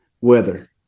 weather